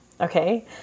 Okay